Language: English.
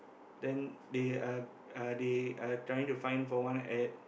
then they are uh they are trying to find for one at